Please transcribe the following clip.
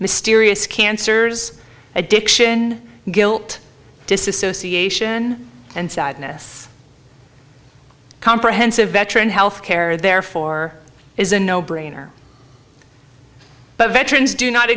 mysterious cancers addiction guilt dissociation and sadness comprehensive veteran health care therefore is a no brainer but veterans do not